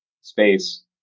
space